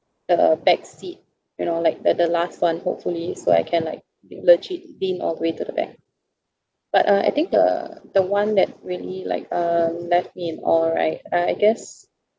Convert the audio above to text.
a back seat you know like the the last one hopefully so I can like legit lean all the way to the back but uh I think the the one that really like uh left me in awe right uh I guess